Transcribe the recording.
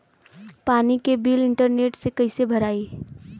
पानी के bill internet से कइसे भराई?